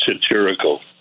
satirical